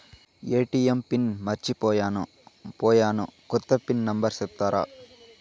ATM pin మర్చిపోయాను పోయాను, కొత్త పిన్ నెంబర్ సెప్తారా?